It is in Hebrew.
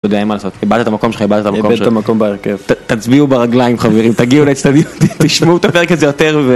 אתה יודע אין מה לעשות, איבדת את המקום שלך, איבדת את המקום שלך. איבדתי את המקום בהרכב. תצביעו ברגליים חברים, תגיעו לאצטדיונים, תשמעו את הפרק הזה יותר,